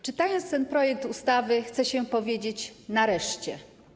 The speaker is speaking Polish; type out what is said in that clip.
Czytając ten projekt ustawy, chce się powiedzieć: nareszcie.